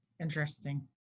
interesting